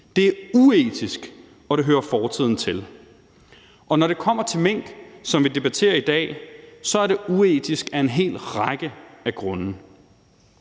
Det er uetisk, og det hører fortiden til, og når det kommer til mink, som vi debatterer i dag, så er det uetisk af en hel række af grunde.